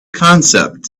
concept